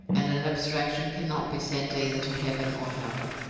and an abstraction cannot be sent either to heaven or hell.